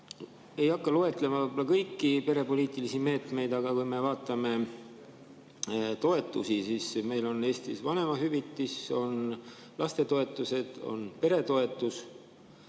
ei hakka loetlema kõiki perepoliitilisi meetmeid, aga kui me vaatame toetusi, siis meil on Eestis vanemahüvitis, on lastetoetused, on peretoetus.